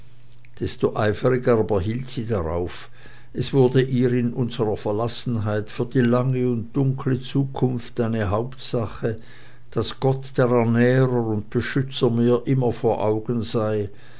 hielt sie darauf es wurde ihr in unserer verlassenheit für die lange und dunkle zukunft eine hauptsache daß gott der ernährer und beschützer mir immer vor augen sei